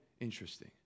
interesting